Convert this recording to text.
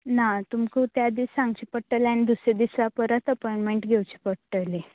ना तुमका त्या दीस सांगचे पडटले आनी दुसऱ्या दिसा परत अपोंयंटमेंट घेवचे पडटले